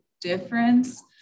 difference